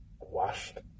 washed